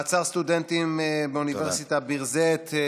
מעצר סטודנטים מאוניברסיטת ביר זית,